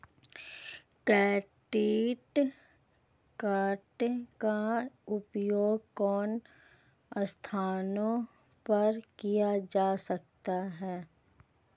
Credit card का उपयोग किन स्थानों पर किया जा सकता है?